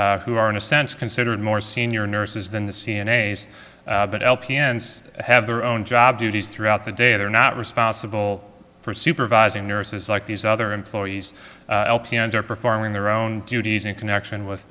s who are in a sense considered more senior nurses than the c n a but l p n s have their own job duties throughout the day they're not responsible for supervising nurses like these other employees l p s are performing their own duties in connection with